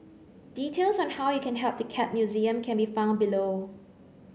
details on how you can help the Cat Museum can be found below